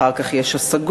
אחר כך יש השגות,